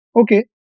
Okay